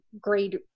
grade